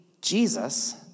Jesus